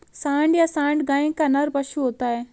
सांड या साँड़ गाय का नर पशु होता है